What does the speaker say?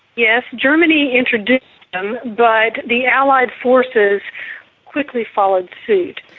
yes, germany introduced them but the allied forces quickly followed suit.